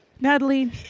Natalie